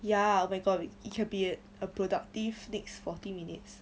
ya because oh my god it can be a productive next forty minutes